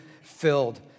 filled